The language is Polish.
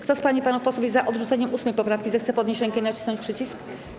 Kto z pań i panów posłów jest za odrzuceniem 8. poprawki, zechce podnieść rękę i nacisnąć przycisk.